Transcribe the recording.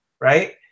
right